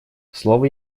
слово